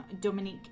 Dominique